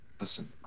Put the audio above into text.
listen